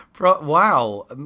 wow